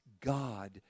God